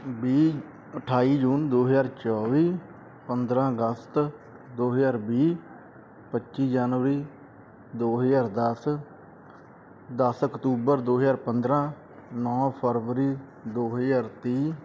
ਵੀਹ ਅਠਾਈ ਜੂਨ ਦੋ ਹਜ਼ਾਰ ਚੌਵੀ ਪੰਦਰਾਂ ਅਗਸਤ ਦੋ ਹਜ਼ਾਰ ਵੀਹ ਪੱਚੀ ਜਨਵਰੀ ਦੋ ਹਜ਼ਾਰ ਦਸ ਦਸ ਅਕਤੂਬਰ ਦੋ ਹਜ਼ਾਰ ਪੰਦਰਾਂ ਨੌਂ ਫਰਵਰੀ ਦੋ ਹਜ਼ਾਰ ਤੀਹ